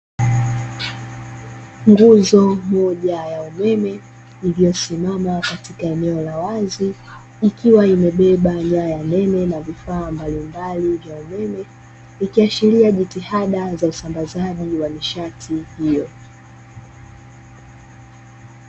Nguzo moja ya umeme iliyosimama katika eneo la wazi, ikiwa imebeba nyaya nene, na vifaa mbalimbali vya umeme, ikiashiria jitihada za usambazaji wa nishati hiyo.